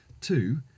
Two